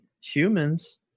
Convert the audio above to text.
humans